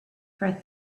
for